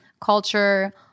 culture